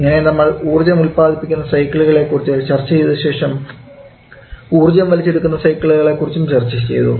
ഇങ്ങനെ നമ്മൾ ഊർജ്ജം ഉത്പാദിപ്പിക്കുന്ന സൈക്കിളുകളെ കുറിച്ച് ചർച്ച ചെയ്തതിനുശേഷം ഊർജ്ജം വലിച്ചെടുക്കുന്ന സൈക്കിളുകളെ കുറിച്ചും ചർച്ച ചെയ്തു